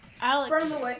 Alex